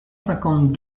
cinquante